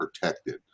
protected